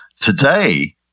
Today